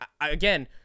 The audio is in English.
Again